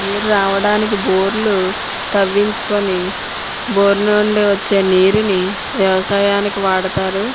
నీరు రావడానికి బోర్లు తవ్వించుకొని బోర్ నుండి వచ్చే నీటిని వ్యవసాయానికి వాడతారు